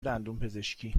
دندونپزشکی